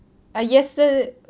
I yesterda~